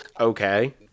okay